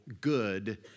good